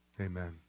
amen